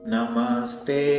Namaste